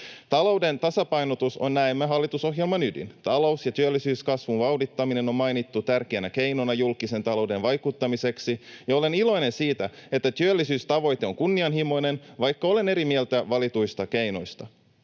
Talouden tasapainotus on näemmä hallitusohjelman ydin. Talous- ja työllisyyskasvun vauhdittaminen on mainittu tärkeänä keinona julkiseen talouteen vaikuttamiseksi, ja olen iloinen siitä, että työllisyystavoite on kunnianhimoinen, vaikka olen eri mieltä valituista keinoista.